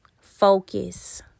focus